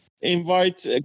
invite